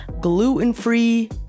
gluten-free